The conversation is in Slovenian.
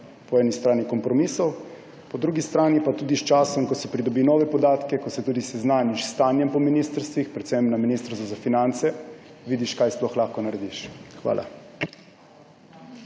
po eni strani kompromisov, po drugi strani pa tudi sčasoma, ko se pridobijo novi podatki, ko se tudi seznaniš s stanjem po ministrstvih, predvsem na Ministrstvu za finance, vidiš, kaj sploh lahko narediš. Hvala.